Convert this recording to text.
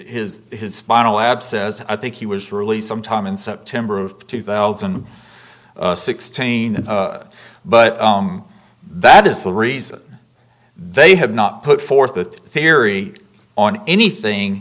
his his spinal abscess i think he was released sometime in september of two thousand and sixteen but that is the reason they have not put forth a theory on anything